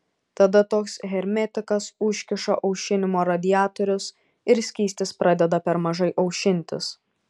tada toks hermetikas užkiša aušinimo radiatorius ir skystis pradeda per mažai aušintis